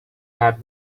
have